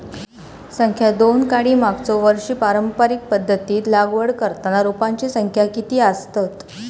संख्या दोन काडी मागचो वर्षी पारंपरिक पध्दतीत लागवड करताना रोपांची संख्या किती आसतत?